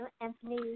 Anthony